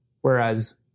Whereas